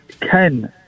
Ken